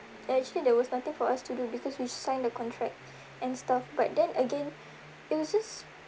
actually there was nothing for us to do because we signed the contract and stuff but then again it was just